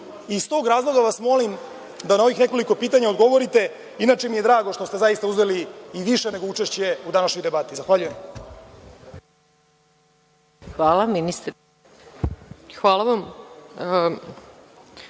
i iz tog razloga vas molim da na ovih nekoliko pitanja odgovorite. Inače mi je drago što ste zaista uzeli i više nego učešće u današnjoj debati. Zahvaljujem. **Maja Gojković** Hvala. Reč